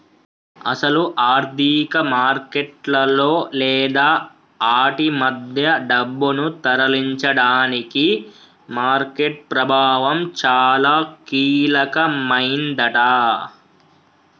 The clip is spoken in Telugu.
అసలు ఆర్థిక మార్కెట్లలో లేదా ఆటి మధ్య డబ్బును తరలించడానికి మార్కెట్ ప్రభావం చాలా కీలకమైందట